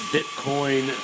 Bitcoin